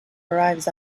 arrives